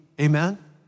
Amen